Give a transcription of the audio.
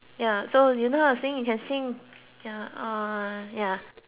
ya so you know how to sing you can sing ya uh ya